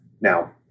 now